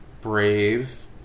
brave